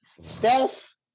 Steph